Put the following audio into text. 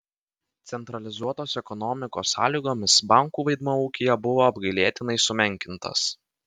centralizuotos ekonomikos sąlygomis bankų vaidmuo ūkyje buvo apgailėtinai sumenkintas